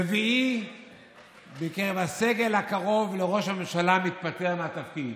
רביעי בקרב הסגל הקרוב לראש הממשלה מתפטר מהתפקיד,